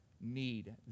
need